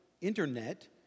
internet